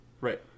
Right